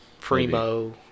primo